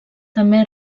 també